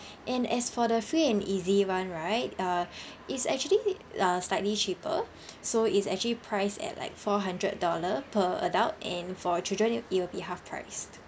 and as for the free and easy one right uh it's actually uh slightly cheaper so it's actually priced at like four hundred dollar per adult and for children you it will be half price